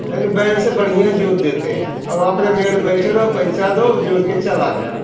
यानी बैल से बढ़िया जोत देते हैं और अपने मेड़ पर बैठे रहो पैसा दो जोत के चला गया